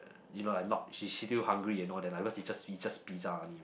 you know like not she she feel hungry and all that lah because is just is just pizza only lah